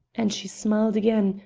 and she smiled again,